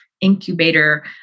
incubator